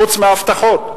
חוץ מהבטחות.